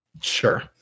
Sure